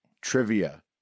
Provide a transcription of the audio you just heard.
Trivia